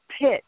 pit